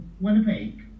Winnipeg